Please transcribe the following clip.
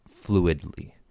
fluidly